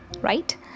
right